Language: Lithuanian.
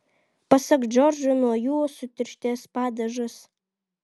pasak džordžo nuo jų sutirštės padažas